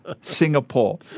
Singapore